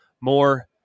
more